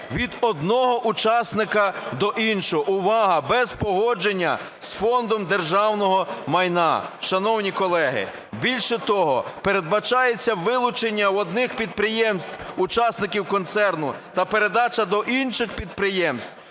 від одного учасника до іншого, увага, без погодження з Фондом державного майна. Шановні колеги, більше того, передбачається вилучення в одних підприємств учасників концерну та передача до інших підприємств